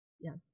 Yes